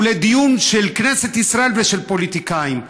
לדיון של כנסת ישראל ושל פוליטיקאים.